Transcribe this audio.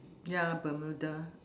ya bermuda